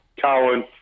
Colin